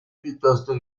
piuttosto